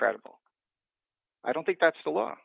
credible i don't think that's the